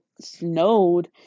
Snowed